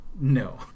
No